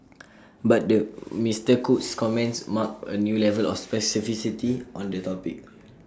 but the Mister Cook's comments marked A new level of specificity on the topic